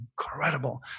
incredible